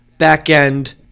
back-end